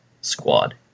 squad